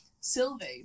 Sylvie